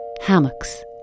hammocks